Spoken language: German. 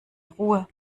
ruhe